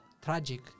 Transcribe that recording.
Tragic